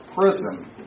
prison